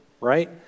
right